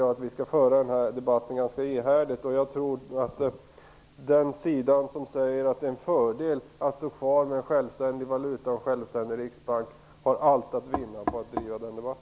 Jag tror att den sida som menar att det är en fördel att stå kvar med en självständig valuta och en självständig riksbank har allt att vinna på att driva den debatten.